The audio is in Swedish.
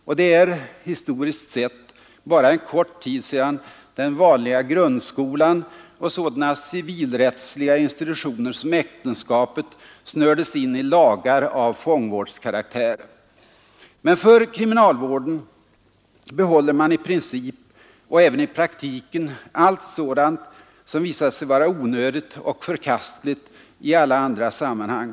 Och det är, historiskt sett, bara en kort tid sedan den vanliga grundskolan och sådana civilrättsliga institutioner som äktenskapet snördes in i lagar av fångvårdskaraktär. Men för kriminalvården behåller man i princip och även i praktiken allt sådant som har visat sig vara onödigt och förkastligt i alla andra sammanhang.